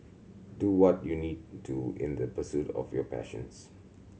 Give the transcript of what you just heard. do what you need to in the pursuit of your passions